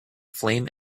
flame